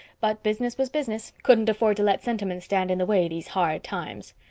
but business was business couldn't afford to let sentiment stand in the way these hard times.